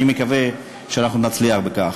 אני מקווה שנצליח בכך